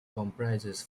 comprises